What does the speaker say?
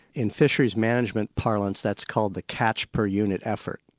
in fisheries management parlance, that's called the catch per unit effort.